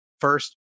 first